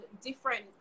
different